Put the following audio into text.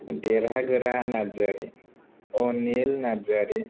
देरहागोरा Narzary Anil Narzary